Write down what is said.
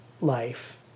life